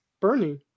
Bernie